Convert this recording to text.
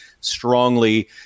strongly